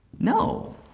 no